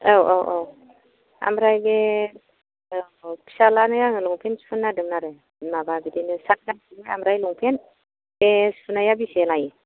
औ औ औ ओमफ्राय बे औ फिसालानो आङो लंपेन्ट सुहोनो नागिरदोंमोन आरो माबा बिदिनो शार्ट गांसे ओमफ्राय बिदिनो लंपेन्ट बे सुनाया बेसे लायो